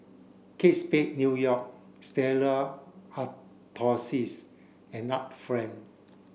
Kate Spade New York Stella Artois and Art Friend